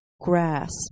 grasp